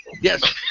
Yes